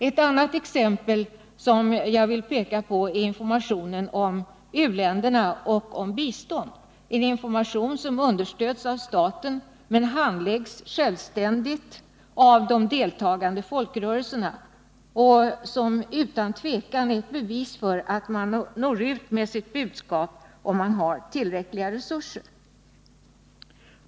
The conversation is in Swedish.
Ett annat exempel som jag vill peka på är information om u-länderna och om bistånd, en information som understöds av staten men handläggs självständigt av de deltagande folkrörelserna och som utan tvekan är ett bevis för att man når ut med sitt budskap, om man har tillräckliga resurser.